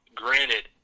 granted